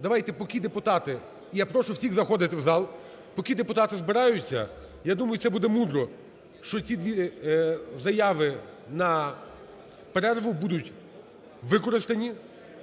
Давайте поки депутати – я прошу всіх заходити в зал – поки депутати збираються, я думаю, що це буде мудро, що ці дві заяви на перерву будуть використані,